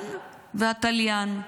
הדיין והתליין.